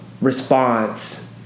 response